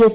S